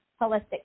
holistic